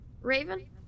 Raven